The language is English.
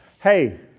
Hey